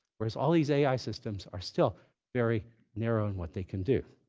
whereas all these ai systems are still very narrow in what they can do.